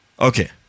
Okay